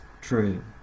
true